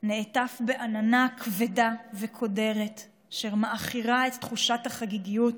נעטף בעננה כבדה וקודרת אשר מעכירה את תחושת החגיגיות